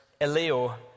eleo